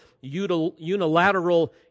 unilateral